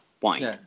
point